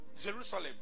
Jerusalem